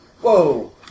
whoa